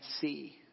see